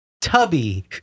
tubby